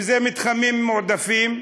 אם זה מתחמים מועדפים,